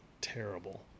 terrible